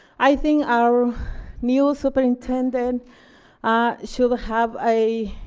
i think our new superintendent should have a